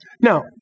Now